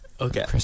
okay